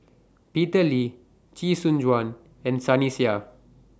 Peter Lee Chee Soon Juan and Sunny Sia